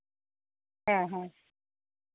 ᱦᱮᱸ ᱦᱮᱸ